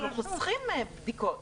חוסכים בדיקות.